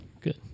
Good